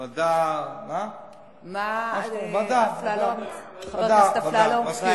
ועדה, מה חבר הכנסת אפללו מציע?